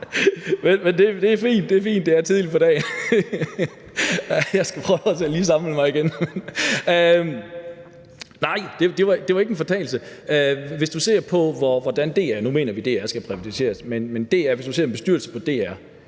fint, det er fint – det er tidligt på dagen. Jeg skal lige prøve at samle mig igen. Nej, det var ikke en fortalelse. Hvis du ser på DR – nu mener vi, DR skal privatiseres – og bestyrelsen for DR,